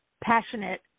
passionate